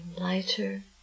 lighter